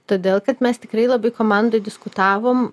todėl kad mes tikrai labai komandoj diskutavom